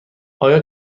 آیا